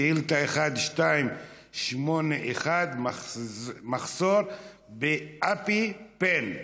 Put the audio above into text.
שאילתה מס' 1281: מחסור באַפִּיפן.